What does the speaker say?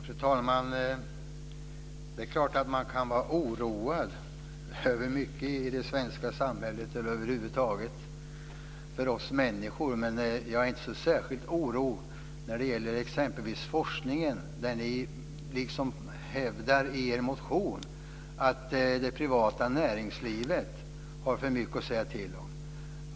Fru talman! Det är klart att man kan vara oroad över mycket i det svenska samhället över huvud taget när det gäller oss människor. Men jag känner ingen särskild oro för exempelvis forskningen, där ni hävdar i er motion att det privata näringslivet har för mycket att säga till om.